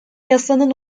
yasanın